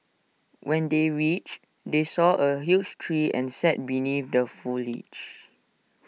when they reached they saw A huge tree and sat beneath the foliage